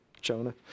Jonah